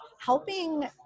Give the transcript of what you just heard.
helping